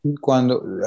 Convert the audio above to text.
Cuando